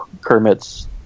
Kermit's